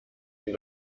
die